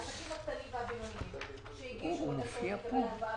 לעסקים הקטנים והבינוניים שהגישו בקשות לקבל הלוואה